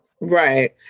Right